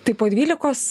tai po dvylikos